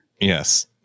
Yes